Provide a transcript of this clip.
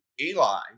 Eli